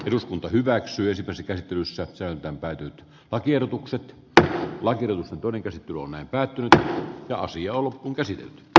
eduskunta hyväksyi ponsikäsittelyssä sentään täytynyt patiedotukset että laki kodin käsitteluun ei päättynyt ja asia on hukkumaan